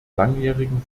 langjährigen